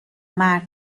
مرد